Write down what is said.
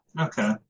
Okay